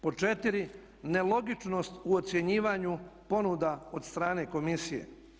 Pod četiri, nelogičnost u ocjenjivanju ponuda od strane komisije.